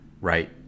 right